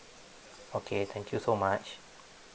okay thank you so much